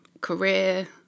career